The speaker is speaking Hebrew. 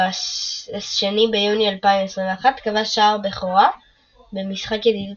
ב-2 ביוני 2021 כבש שער בכורה במשחק ידידות